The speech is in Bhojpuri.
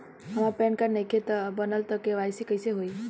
हमार पैन कार्ड नईखे बनल त के.वाइ.सी कइसे होई?